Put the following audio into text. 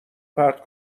پرت